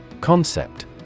Concept